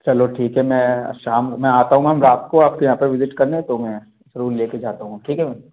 चलो ठीक है मैं शाम में आता हूँ मैम रात को आपके यहाँ पर विजिट करने तो रेहू लेकर जाता हूँ ठीक है मैम